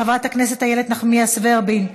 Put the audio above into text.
חברת הכנסת איילת נחמיאס ורבין,